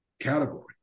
category